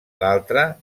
l’altre